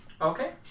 Okay